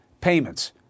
payments